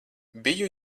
biju